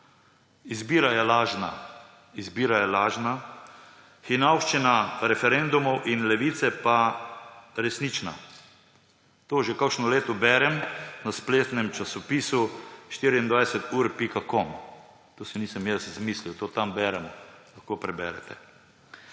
izbira je lažna; izbira je lažna, hinavščina referendumov in Levice pa resnična. To že kakšno leto berem v spletnem časopisu 24ur.com, tega si nisem jaz izmislil, to tam beremo, lahko preberete.